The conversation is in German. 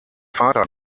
vater